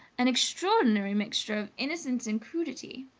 an extraordinary mixture of innocence and crudity.